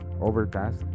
Overcast